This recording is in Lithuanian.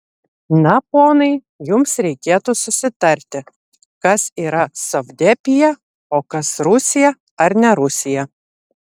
na ponai jums reikėtų susitarti kas yra sovdepija o kas rusija ar ne rusija